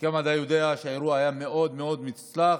שגם אתה יודע שהאירוע היה מאוד מאוד מוצלח,